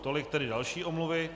Tolik tedy další omluvy.